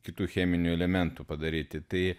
kitų cheminių elementų padaryti tai